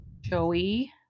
Joey